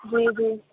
جی جی